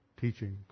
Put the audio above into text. teaching